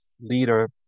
leader